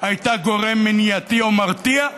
הייתה גורם מניעתי או מרתיע.